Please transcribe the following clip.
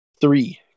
three